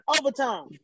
Overtime